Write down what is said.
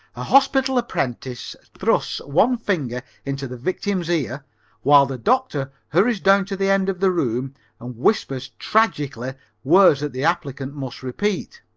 a hospital apprentice thrusts one finger into the victim's ear while the doctor hurries down to the end of the room and whispers tragically words that the applicant must repeat.